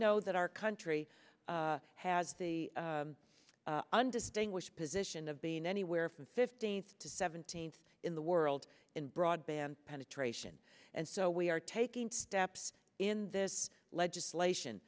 know that our country has the undistinguished position of being anywhere from fifteen to seventeen in the world in broadband penetration and so we are taking steps in this legislation